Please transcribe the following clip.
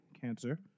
cancer